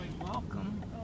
welcome